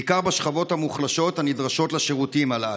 בעיקר בשכבות המוחלשות הנדרשות לשירותים הללו.